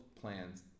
plans